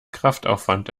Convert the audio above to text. kraftaufwand